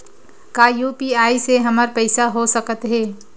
का यू.पी.आई से हमर पईसा हो सकत हे?